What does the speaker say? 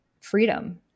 freedom